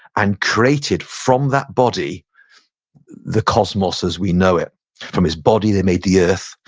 and created from that body the cosmos as we know it from his body, they made the earth.